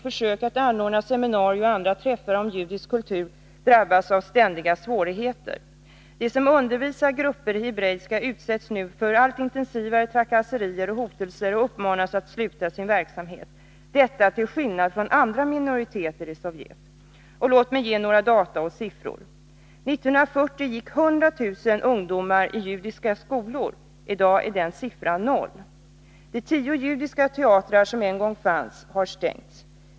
Försök att ordna seminarier och andra träffar om judisk kultur drabbas av ständiga svårigheter. De som undervisar grupper i hebreiska utsätts nu för allt intensivare trakasserier och hotelser och uppmanas att sluta sin verksamhet — detta till skillnad från andra minoriteter i Sovjet. Låt mig ge några data och siffror. 1940 gick hundra tusen ungdomar i judiska skolor. I dag är siffran noll. De 10 judiska teatrar som en gång fanns har stängts.